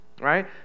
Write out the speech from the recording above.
right